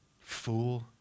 Fool